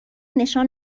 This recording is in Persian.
نشان